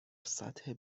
سطح